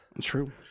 True